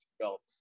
belts